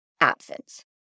absence